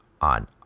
on